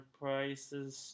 prices